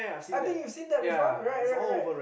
I think you've seen that before right right right